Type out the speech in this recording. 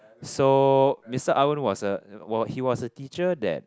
so Mister Arun was a he was a teacher that